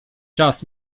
czas